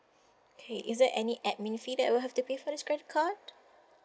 okay is there any admin fee that will have to pay for this credit card